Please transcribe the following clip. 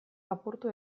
apurtu